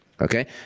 okay